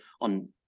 on